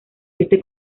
este